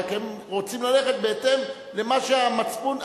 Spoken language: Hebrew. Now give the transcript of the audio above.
רק הם רוצים ללכת בהתאם למה שהמצפון,